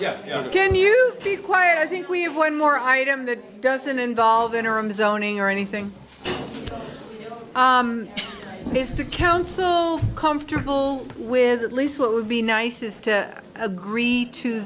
quire i think we have one more item that doesn't involve interim zoning or anything is the council comfortable with at least what would be nice is to agree to